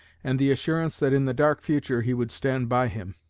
and the assurance that in the dark future he would stand by him,